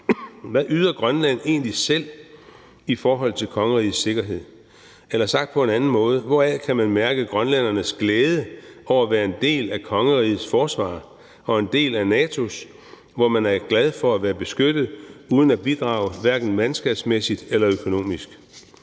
Hvad yder Grønland egentlig selv i forhold til kongerigets sikkerhed? Eller sagt på en anden måde: Hvoraf kan man mærke grønlændernes glæde over at være en del af kongerigets forsvar og en del af NATO's, hvor man er glad for at være beskyttet, uden at bidrage hverken mandskabsmæssigt eller økonomisk?